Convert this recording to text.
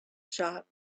shop